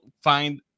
find